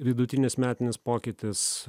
vidutinis metinis pokytis